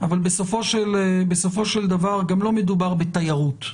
אבל בסופו של דבר גם לא מדובר בתיירות.